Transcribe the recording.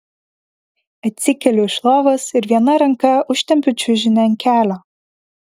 atsikeliu iš lovos ir viena ranka užtempiu čiužinį ant kelio